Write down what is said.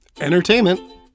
entertainment